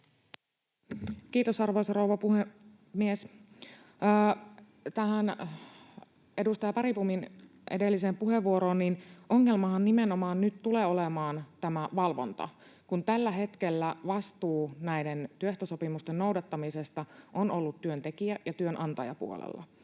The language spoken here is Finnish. Kiitos, arvoisa rouva puhemies! Tähän edustaja Bergbomin edelliseen puheenvuoroon: Ongelmahan nimenomaan nyt tulee olemaan tämä valvonta, kun tällä hetkellä vastuu näiden työehtosopimusten noudattamisesta on ollut työntekijä- ja työnantajapuolella.